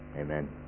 Amen